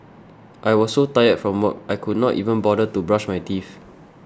I was so tired from work I could not even bother to brush my teeth